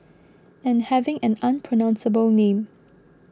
and having an unpronounceable name